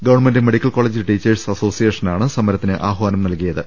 government medical college teachers അസോസിയേ ഷനാണ് സമരത്തിന് ആഹ്വാനം നൽകിയത്